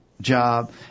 job